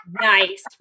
Nice